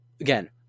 Again